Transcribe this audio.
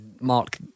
Mark